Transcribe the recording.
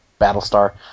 Battlestar